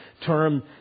term